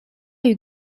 you